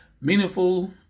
meaningful